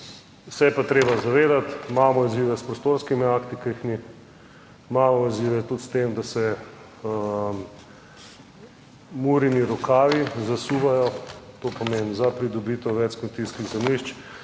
je pa treba zavedati, imamo izzive s prostorskimi akti, ki jih ni, imamo izzive tudi s tem, da se murini rokavi zasuvajo, to pomeni za pridobitev več kmetijskih zemljišč,